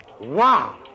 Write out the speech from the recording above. Wow